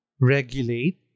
regulate